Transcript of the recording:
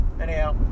anyhow